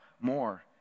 more